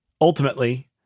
ultimately